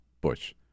Bush